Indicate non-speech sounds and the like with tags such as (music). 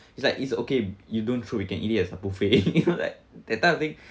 it's like it's okay you don't throw you can eat it as a buffet (laughs) you know like that type of thing